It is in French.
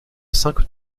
cinq